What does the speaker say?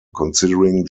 considering